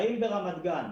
האם ברמת גן,